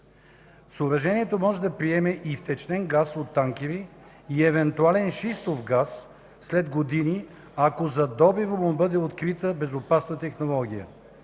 Съоръжението може да приеме и втечнен газ от танкери и евентуален шистов газ след години, ако за добива му бъде открита безопасна технология.